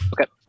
Okay